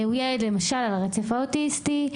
הוא למשל על הרצף האוטיסטי,